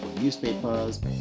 newspapers